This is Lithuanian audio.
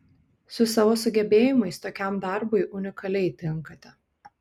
su savo sugebėjimais tokiam darbui unikaliai tinkate